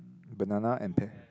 banana and pear